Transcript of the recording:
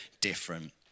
different